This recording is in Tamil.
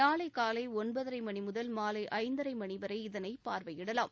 நாளை காலை ஒன்பதரை மணி முதல் மாலை ஐந்தரை மணி வரை இதனை பார்வையிடலாம்